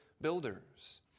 builders